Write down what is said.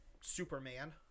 Superman